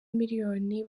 miliyoni